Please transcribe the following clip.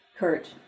Kurt